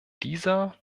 dieser